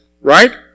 right